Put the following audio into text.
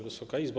Wysoka Izbo!